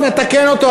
אז נתקן אותו,